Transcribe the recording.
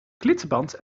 klittenband